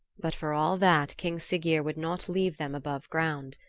but for all that, king siggeir would not leave them above ground.